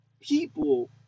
people